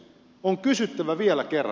on kysyttävä vielä kerran